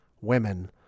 women